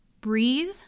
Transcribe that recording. Breathe